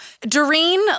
Doreen